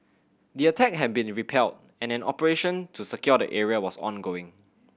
the attack had been repelled and an operation to secure the area was ongoing